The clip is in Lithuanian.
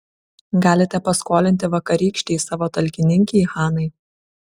galite paskolinti vakarykštei savo talkininkei hanai